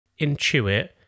intuit